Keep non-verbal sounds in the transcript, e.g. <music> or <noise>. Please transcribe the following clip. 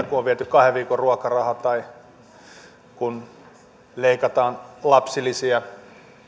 <unintelligible> kun on viety opiskelijoilta kahden viikon ruokarahat tai kun leikataan lapsilisiä